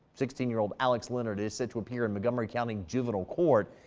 sixteen year-old alex leonard is set to appear in montgomery county juvenile court.